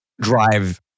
drive